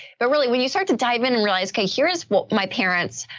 but really when you start to dive in and realize, hey, here's what my parents.